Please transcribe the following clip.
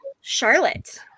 Charlotte